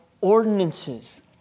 ordinances